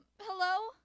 hello